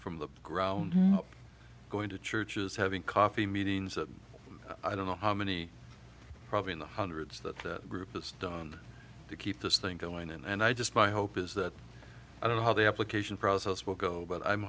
from the grown up going to churches having coffee meetings i don't know how many probably in the hundreds that the group has done to keep this thing going and i just my hope is that i don't know how the application process will go but i'm